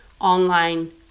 online